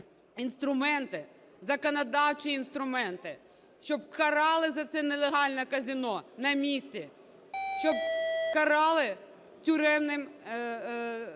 інструменти, законодавчі інструменти, щоб карали за це нелегальне казино на місці, щоб карали тюремним…